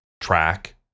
track